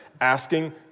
asking